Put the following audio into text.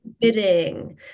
bidding